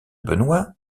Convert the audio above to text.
benoit